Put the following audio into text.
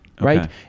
Right